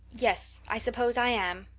yes, i suppose i am,